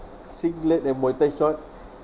singlet and muay thai thai short